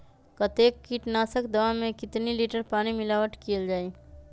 कतेक किटनाशक दवा मे कितनी लिटर पानी मिलावट किअल जाई?